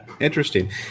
interesting